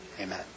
Amen